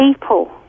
people